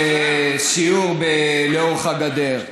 בסיור לאורך הגדר,